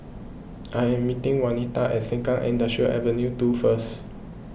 I am meeting Wanita at Sengkang Industrial Ave two first